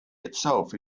itself